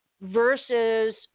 versus